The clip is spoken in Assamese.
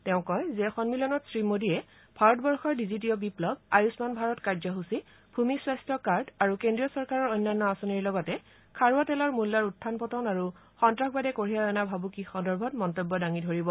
তেওঁ কয় যে সন্মিলনত শ্ৰীমোডীয়ে ভাৰতবৰ্ষৰ ডিজিটিয় বিপ্লৰ আয়ুস্মান ভাৰত কাৰ্যসূচী ভূমি স্বাস্থ্য কাৰ্ড আৰু কেন্দ্ৰীয় চৰকাৰৰ অন্যান্য আঁচনিৰ লগতে খাৰুৱা তেলৰ মূল্যৰ উখান পতন আৰু সন্ত্ৰাসবাদে কঢ়িয়াই অনা ভাবুকিৰ সন্দৰ্ভত মন্তব্য দাঙি ধৰিব